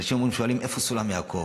אנשים שואלים: איפה סולם יעקב?